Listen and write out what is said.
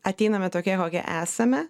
ateiname tokie kokie esame